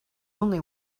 only